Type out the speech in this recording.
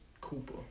Cooper